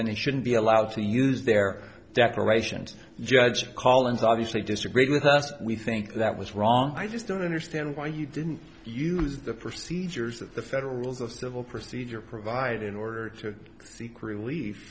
then he shouldn't be allowed to use their declaration to judge collins obviously disagreed with us we think that was wrong i just don't understand why you didn't use the procedures of the federal rules of civil procedure provided in order to seek relief